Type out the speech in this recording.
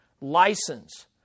license